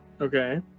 Okay